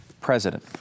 president